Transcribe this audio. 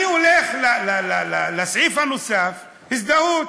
אני הולך לסעיף הנוסף, הזדהות.